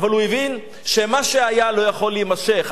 אבל הוא הבין שמה שהיה לא יכול להימשך.